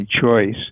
choice